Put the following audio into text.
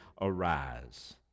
arise